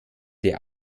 der